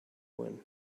win